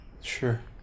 sure